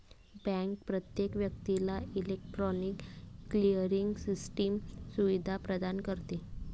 bank प्रत्येक व्यक्तीला electronic clearing system सुविधा प्रदान करते